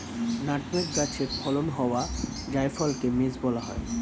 nutmeg গাছে ফলন হওয়া জায়ফলকে মেস বলা হয়